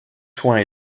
soins